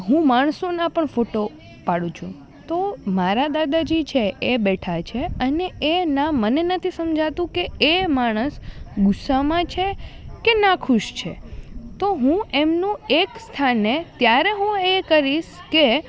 હું માણસોના પણ ફોટો પાડું છું તો મારા દાદાજી છે એ બેઠા છે અને એ ના મને નથી સમજાતું કે એ માણસ ગુસ્સામાં છે કે નાખુશ છે તો હું એમનું એક સ્થાને ત્યારે હું એ કરીશ કે